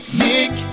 nick